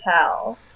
tell